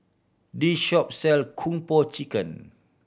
this shop sell Kung Po Chicken